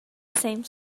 same